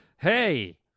Hey